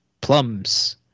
plums